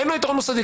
אין לו יתרון ממסדי.